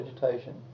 vegetation